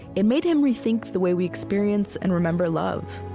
it made him rethink the way we experience and remember love